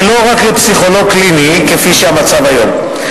ולא רק לפסיכולוג קליני כפי שהמצב הוא היום.